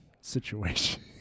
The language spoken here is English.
situation